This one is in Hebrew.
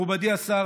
מכובדי השר,